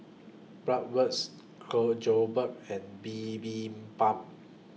Bratwurst Jokbal and Bibimbap